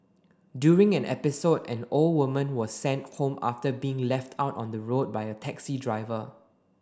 during an episode an old woman was sent home after being left out on the road by a taxi driver